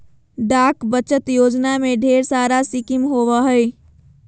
डाक बचत योजना में ढेर सारा स्कीम होबो हइ